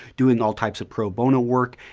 doing all types of pro bono work,